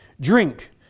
Drink